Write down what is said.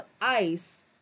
ICE